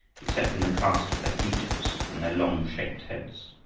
except in the cast of their features, and their long-shaped heads.